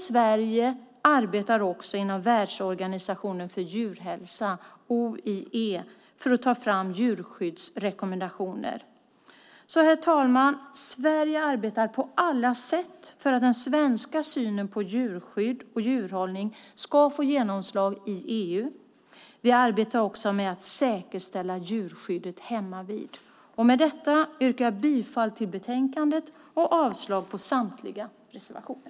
Sverige arbetar också inom världsorganisationen för djurhälsa, OIE, för att ta fram djurskyddsrekommendationer. Herr talman! Sverige arbetar på alla sätt för att den svenska synen på djurskydd och djurhållning ska få genomslag i EU. Vi arbetar också med att säkerställa djurskyddet hemmavid. Med detta yrkar jag bifall till utskottets förslag och avslag på samtliga reservationer.